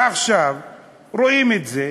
ועכשיו רואים את זה,